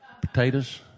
potatoes